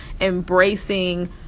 Embracing